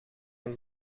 een